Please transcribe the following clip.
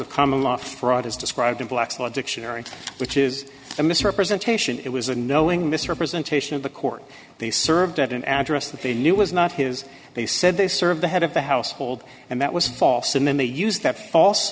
law fraud as described in black's law dictionary which is a misrepresentation it was a knowing misrepresentation of the court they served at an address that they knew was not his they said they serve the head of the household and that was false and then they used that false